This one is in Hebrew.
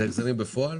אלה החזרים בפועל?